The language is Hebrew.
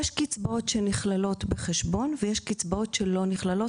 יש קצבאות שנכללות בחשבון הזכאות ויש קצבאות שלא נכללות,